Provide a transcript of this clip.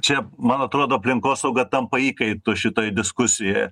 čia man atrodo aplinkosauga tampa įkaitu šitoj diskusijoje